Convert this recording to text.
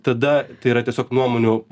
tada tai yra tiesiog nuomonių